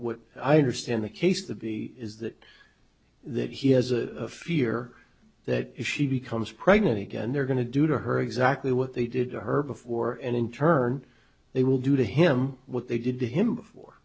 what i understand the case the be is that that he has a fear that if she becomes pregnant again they're going to do to her exactly what they did to her before and in turn they will do to him what they did to him